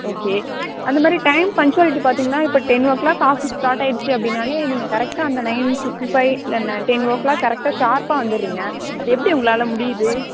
okay அந்தமாதிரி time punctuality பார்த்தீங்கன்னா இப்போ ten o'clock office start ஆகிடுச்சி அப்படின்னாலே நீங்கள் கரெக்டாக அந்த நைன் ஃபிஃப்டி ஃபைவ் இல்லை ந டென் ஓ க்ளாக் கரெக்டாக ஷார்ப்பாக வந்துடுறீங்க அது எப்படி உங்களால் முடியுது